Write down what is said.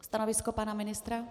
Stanovisko pana ministra?